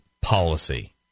policy